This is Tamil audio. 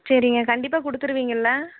சரிங்க கண்டிப்பாக கொடுத்துடுவீங்கல்ல